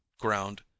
ground